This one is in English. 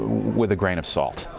with a grain of salt.